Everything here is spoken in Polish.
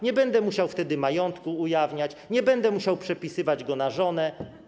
Nie będę musiał wtedy majątku ujawniać, nie będę musiał przepisywać go na żonę.